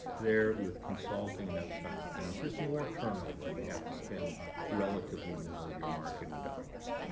there, with consulting, and those kinds of things, there's more turnover. and you have to spend relatively more of your marketing dollars.